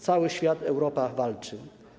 Cały świat, Europa walczą.